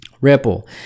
Ripple